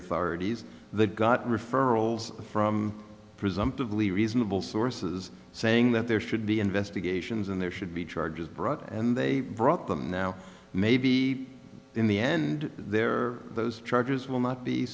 authorities the got referrals from presumptively reasonable sources saying that there should be investigations and there should be charges brought and they brought them now maybe in the end there are those charges will not be